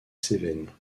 cévennes